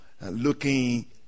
looking